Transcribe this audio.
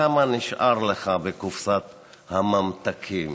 כמה נשאר לך בקופסת הממתקים